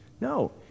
No